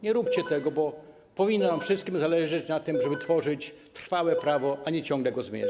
Nie róbcie tego, bo powinno nam wszystkim zależeć na tym, żeby tworzyć trwałe prawo, a nie ciągle je zmieniać.